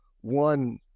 one